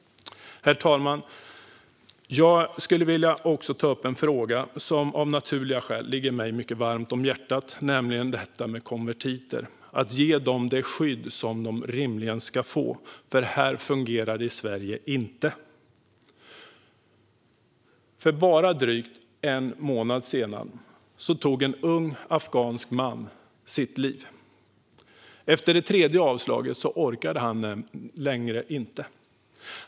Herr talman! Jag vill också ta upp en fråga som av naturliga skäl ligger mig mycket varmt om hjärtat, nämligen att ge konvertiter det skydd som de rimligen ska få. Här fungerar det inte i Sverige. För bara drygt en månad sedan tog en ung afghansk man sitt liv. Efter det tredje avslaget orkade han inte längre.